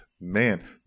Man